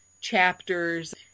chapters